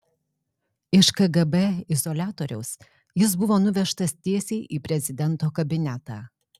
iš kgb izoliatoriaus jis buvo nuvežtas tiesiai į prezidento kabinetą